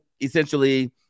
essentially